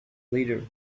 leader